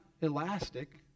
elastic